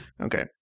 Okay